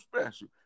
special